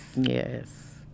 yes